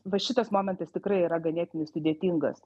va šitas momentas tikrai yra ganėtinai sudėtingas